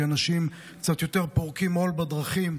כי אנשים קצת יותר פורקים עול בדרכים,